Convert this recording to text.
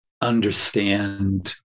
understand